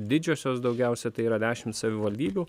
didžiosios daugiausia tai yra dešimt savivaldybių